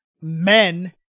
men